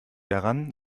daran